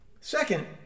Second